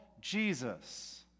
Jesus